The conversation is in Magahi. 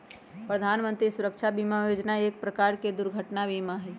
प्रधान मंत्री सुरक्षा बीमा योजना एक प्रकार के दुर्घटना बीमा हई